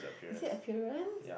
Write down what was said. is it apparence